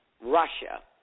Russia